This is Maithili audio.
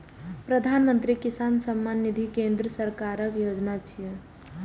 प्रधानमंत्री किसान सम्मान निधि केंद्र सरकारक योजना छियै